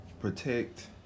protect